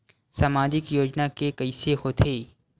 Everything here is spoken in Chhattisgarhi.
सामाजिक योजना के कइसे होथे?